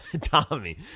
Tommy